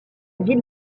ville